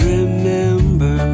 Remember